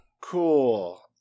cool